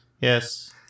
Yes